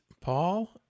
Paul